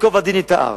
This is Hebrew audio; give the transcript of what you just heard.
ייקוב הדין את ההר,